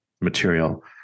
material